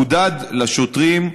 בעיקר בטלפון סלולרי, חודד לשוטרים,